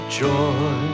joy